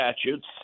statutes